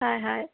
হয় হয়